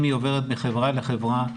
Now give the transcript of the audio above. אם היא עוברת מחברה לחברה,